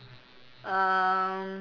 um